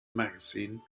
magazine